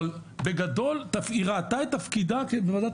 אבל בגדול היא ראתה את תפקידה בוועדת